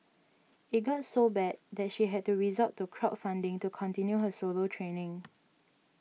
it got so bad that she had to resort to crowd funding to continue her solo training